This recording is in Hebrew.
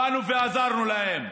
באנו ועזרנו להן.